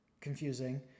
confusing